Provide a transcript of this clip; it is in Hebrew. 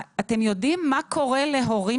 אתם יודעים מה קורה להורים